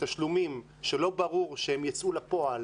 שטיולים שלא ברור שהם יצאו לפועל,